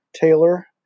Taylor